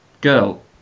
Girl